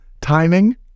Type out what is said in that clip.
timing